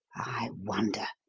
i wonder!